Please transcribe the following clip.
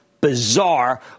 bizarre